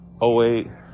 08